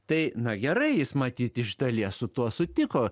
tai na gerai jis matyt iš dalies su tuo sutiko